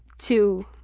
to